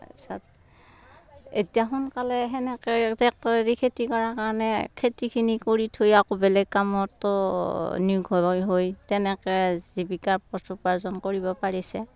তাৰ পিছত এতিয়া সোনকালে সেনেকেই ট্ৰেক্টৰেদি খেতি কৰা কাৰণে খেতিখিনি কৰি থৈ আকৌ বেলেগ কামতো নিয়োগ হৈ হৈ তেনেকৈ জীৱিকাৰ পথ উপাৰ্জন কৰিব পাৰিছে